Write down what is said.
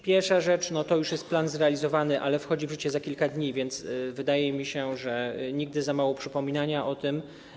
Pierwsza rzecz to już jest plan zrealizowany, ale wchodzi w życie za kilka dni, a wydaje mi się, że nigdy za dużo przypominania o tym.